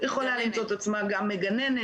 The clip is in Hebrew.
היא יכולה למצוא את עצמה גם גננת,